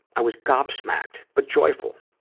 i was gobsmacked but joyful.